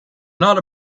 not